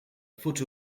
foot